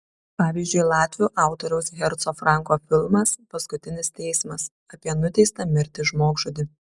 pavyzdžiui latvių autoriaus herco franko filmas paskutinis teismas apie nuteistą mirti žmogžudį